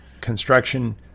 construction